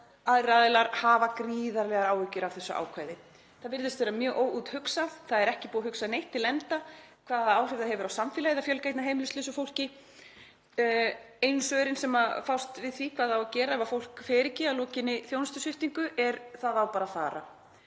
aðrir aðilar, hafa gríðarlegar áhyggjur af þessu ákvæði. Það virðist vera mjög óúthugsað, það er ekki búið að hugsa neitt til enda hvaða áhrif það hefur á samfélagið að fjölga heimilislausu fólki hérna. Einu svörin sem fást við því hvað á að gera ef fólk fer ekki að lokinni þjónustusviptingu er: Það á bara að fara.